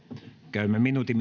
käymme minuutin